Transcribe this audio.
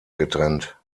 getrennt